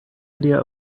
idea